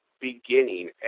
beginning